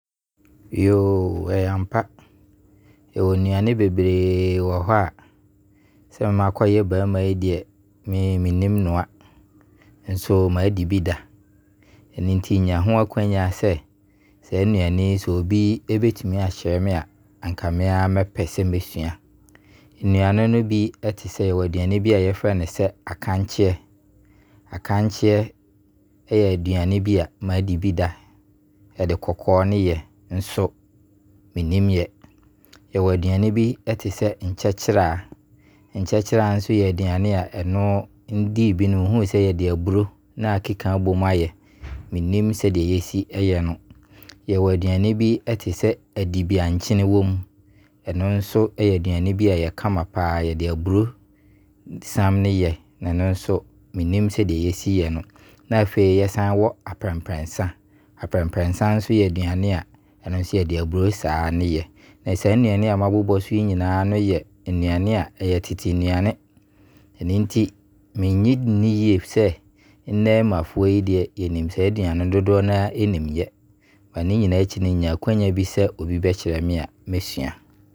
ɛyɛ ampa. Yɛwɔ nnuane bebree wɔ hɔ a makɔ yɛ bɛɛma yi deɛ mennim noa nso madi di da. Ɛno nti nya akwannya sɛ saa nnuane sɛ obi bɛtumi akyerɛ me a anka me a mɛpɛ sɛ mesua. Nnuane ne no bi ɛte sɛ, yɛwɔ aduane bi a yɛfrɛ no sɛ Akankyeɛ. Akankyɛe yɛ aduane bi a madi bi da. Yɛde kɔkɔɔ ne yɛ nso mennim yɛ. Yɛwɔ aduane te sɛ Nkyekyeraa. Nkyekyeraa nso yɛ aduane a, ɔno ndii bi no, nhunuu sɛ yɛde aburo na akeka abo mu. Mennim sedeɛ yɛsi yɛ no. Yɛwɔ aduane bi te sɛ adibeankyene wom. Ɛno nso yɛ aduane bi a ɛyɛ kama paa. Yɛde aburo sam ne yɛ. Ɛno nso mennim sɛdeɛ yɛsi yɛ no. Na afei yɛsan wɔ Aprɛnprɛnsa. Aprɛnprɛnsa nso yɛ aduane a ɔno nso, yɛde aburo saa ne yɛ. Saa nnuane yi a mabobo so yi nyinaa no yɛ nnuane a, ɛyɛ tete nnuane. Ɛno nti mennye nni yie sɛ nnɛmafoɔ yi deɛ dodoɔ no a nnim yɛ. Ne nyinaa akyi no sɛ nya akwannya bi sɛ obi bɛkyerɛ me a, mesua.